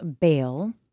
bail